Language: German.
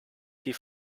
die